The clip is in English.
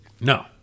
No